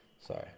Sorry